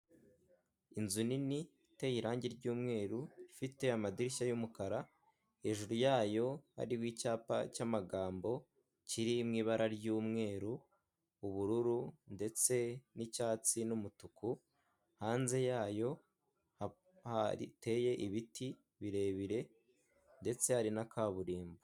Inzu nini iteye irange ry'umweru, ifite amadirishya y'umukara, hejuru yayo hariho icyapa cy'amagambo kiri mu ibara ry'umweru, ubururu ndetse n'icyatsi n'umutuku, hanze yayo hateye ibiti birebire ndetse hari na kaburimbo.